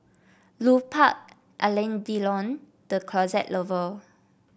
Lupark Alain Delon The Closet Lover